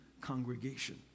congregation